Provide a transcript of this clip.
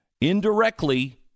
indirectly